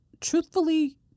truthfully